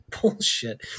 bullshit